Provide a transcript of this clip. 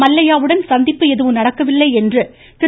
மல்லய்யாவுடன் சந்திப்பு எதுவும் நடக்கவில்லை என்று திரு